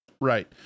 Right